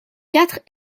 quatre